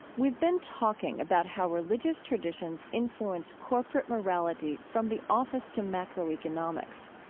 we've been talking about how religious traditions influence corporate morality from the office to macroeconomics.